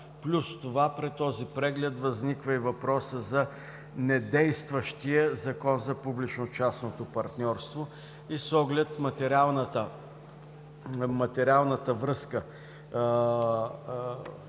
Плюс това при този преглед възниква и въпросът за недействащия Закон за публично-частното партньорство и с оглед материалната връзка